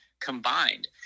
combined